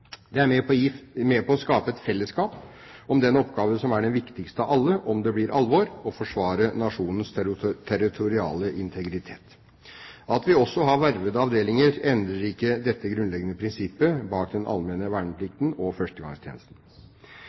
Det er med på å skape et fellesskap om den oppgaven som er den viktigste av alle om det blir alvor: å forsvare nasjonens territoriale integritet. At vi også har vervede avdelinger, endrer ikke dette grunnleggende prinsippet bak den allmenne verneplikten og førstegangstjenesten.